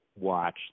watch